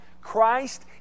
Christ